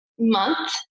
Month